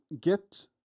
get